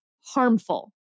harmful